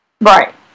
Right